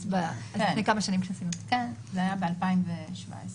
זה היה לפני כמה שנים שעשינו.